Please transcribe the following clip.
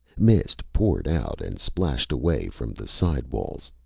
mist poured out and splashed away from the side walls.